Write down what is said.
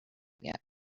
yet